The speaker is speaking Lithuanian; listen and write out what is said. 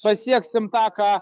pasieksim tą ką